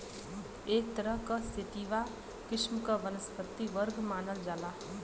एक तरह क सेतिवा किस्म क वनस्पति वर्ग मानल जाला